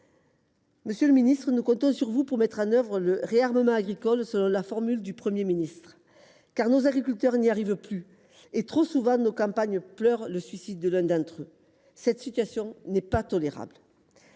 Monsieur le ministre, nous comptons sur vous pour mettre en œuvre le « réarmement agricole », pour reprendre la formule du Premier ministre, car nos agriculteurs n’y arrivent plus, et c’est trop souvent que nos campagnes pleurent le suicide de l’un d’entre eux. Cette situation n’est pas tolérable.